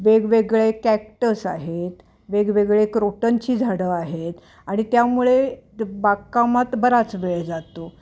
वेगवेगळे कॅक्टस आहेत वेगवेगळे क्रोटनची झाडं आहेत आणि त्यामुळे बागकामात बराच वेळ जातो